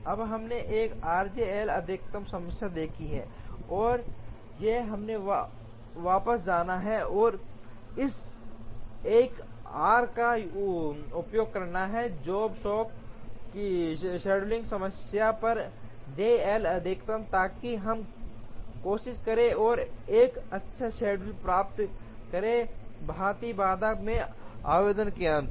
अब हमने 1 R J L अधिकतम समस्या देखी है और अब हमें वापस जाना है और इस 1 आर का उपयोग करना है जॉब शॉप की शेड्यूलिंग समस्या पर j L अधिकतम ताकि हम कोशिश करें और एक अच्छा शेड्यूल प्राप्त करें बहती बाधा के आवेदन के अंत